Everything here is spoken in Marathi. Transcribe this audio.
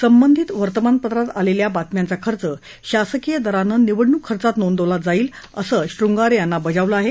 संबंधित वर्तमानपत्रात आलेल्या बातम्यांचा खर्च शासकीय दरानं निवडणूक खर्चात नोंदवला जाईल सं श्रूंगारे यांना बजावलं आहे